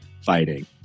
fighting